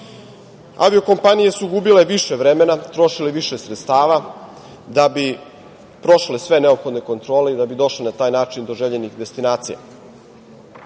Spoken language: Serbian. kompanija. Avio-kompanije su gubile više vremena, trošile više sredstava da bi prošle sve neophodne kontrole i da bi došle na taj način do željenih destinacija.